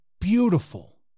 beautiful